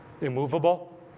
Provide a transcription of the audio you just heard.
immovable